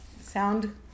sound